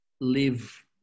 live